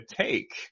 take